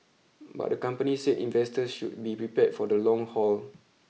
but the company said investors should be prepared for the long haul